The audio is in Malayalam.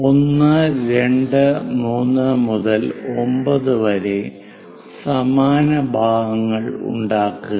1 2 3 മുതൽ 9 വരെ സമാന ഭാഗങ്ങൾ ഉണ്ടാക്കുക